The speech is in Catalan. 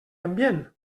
ambient